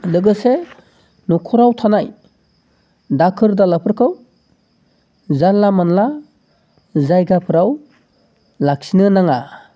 लोगोसे न'खराव थानाय दाखोर दालाफोरखौ जानला मानला जायगाफोराव लाखिनो नाङा